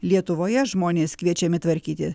lietuvoje žmonės kviečiami tvarkyti